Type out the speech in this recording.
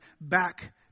back